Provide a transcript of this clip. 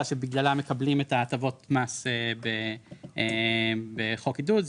שבגללה מקבלים את ההטבות המס בחוק עידוד,